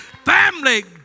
Family